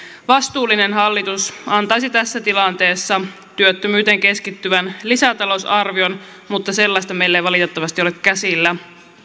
vastuullinen hallitus antaisi tässä tilanteessa työttömyyteen keskittyvän lisätalousarvion mutta sellaista meillä ei valitettavasti ole käsillä